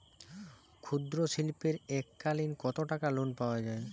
ক্ষুদ্রশিল্পের এককালিন কতটাকা লোন পাওয়া য়ায়?